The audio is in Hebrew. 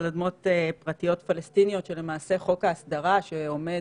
אלה אדמות פרטיות פלסטיניות שלמעשה חוק ההסדרה שעומד,